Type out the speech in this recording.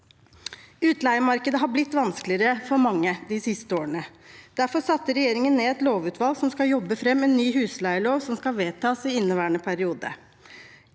Utleiemarkedet har blitt vanskeligere for mange de siste årene. Derfor satte regjeringen ned et lovutvalg som skal jobbe fram en ny husleielov, som skal vedtas i inneværende periode.